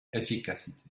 efficacité